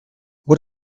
what